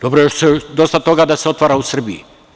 Dobro je da se dosta toga otvara u Srbiji.